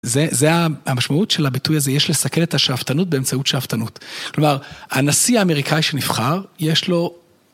זו המשמעות של הביטוי הזה, יש לסכן את השאפתנות באמצעות שאפתות. כלומר, הנשיא האמריקאי שנבחר, יש לו...